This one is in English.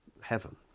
heaven